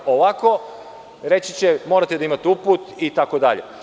Ovako, reći će - morate da imate uput itd.